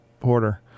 Porter